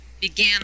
began